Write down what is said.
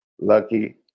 Lucky